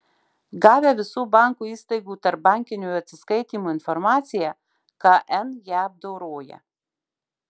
gavę visų bankų įstaigų tarpbankinių atsiskaitymų informaciją kn ją apdoroja